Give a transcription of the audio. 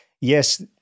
Yes